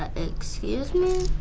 ah excuse me?